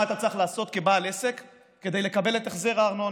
מה אתה צריך לעשות כבעל עסק כדי לקבל את החזר הארנונה.